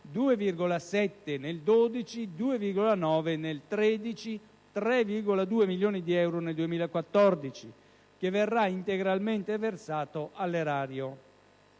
2,9 milioni di euro nel 2013 e 3,2 milioni di euro nel 2014, che verrà integralmente versato all'erario.